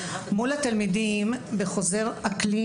מול התלמידים בחוזר אקלים,